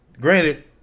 granted